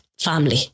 family